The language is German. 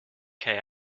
kai